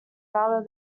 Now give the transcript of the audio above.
rather